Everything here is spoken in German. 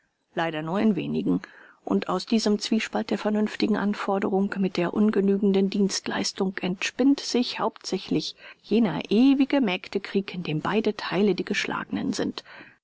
leider nur in wenigen und aus diesem zwiespalt der vernünftigen anforderung mit der ungenügenden dienstleistung entspinnt sich hauptsächlich jener ewige mägdekrieg in dem beide theile die geschlagenen sind